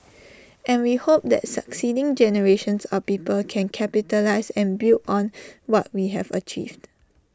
and we hope that succeeding generations of people can capitalise and build on what we have achieved